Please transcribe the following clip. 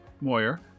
Moyer